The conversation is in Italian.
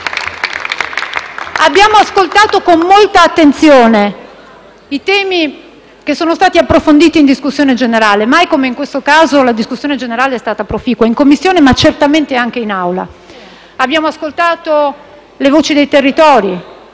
Abbiamo ascoltato con molta attenzione i temi che sono stati approfonditi in discussione generale; mai come in questo caso la discussione generale è stata proficua in Commissione, ma certamente anche in Aula. Abbiamo ascoltato le voci dei territori: